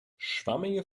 schwammige